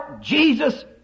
Jesus